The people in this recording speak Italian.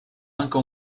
anche